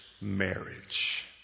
marriage